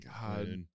god